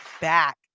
back